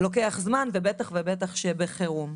זה לוקח זמן ובטח ובטח שבחירום.